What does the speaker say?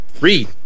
Read